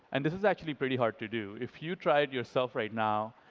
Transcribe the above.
and this is actually pretty hard to do. if you tried yourself right now,